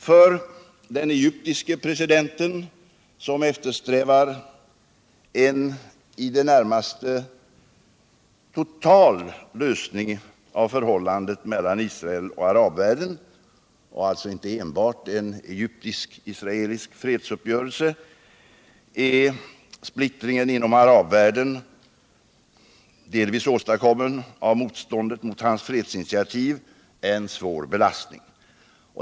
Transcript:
För den egyptiske presidenten, som eftersträvar en i det närmaste total lösning av förhållandena mellan Israel och arabvärlden och alltså inte enbart en egyptisk-israelisk fredsuppgörelse, är splittringen inom arabvärlden — delvis åstadkommen av motståndet mot hans fredsinitiativ — en svår belastning.